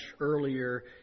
earlier